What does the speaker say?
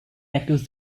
accused